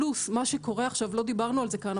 בנוסף למה שקורה עכשיו --- לא דיברנו על זה כאן,